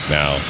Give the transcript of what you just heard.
now